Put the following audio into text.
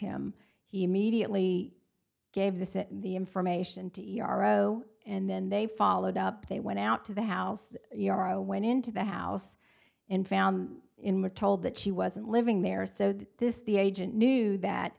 him he immediately gave this it the information to yarrow and then they followed up they went out to the house yarrow went into the house and found in we're told that she wasn't living there so that this the agent knew that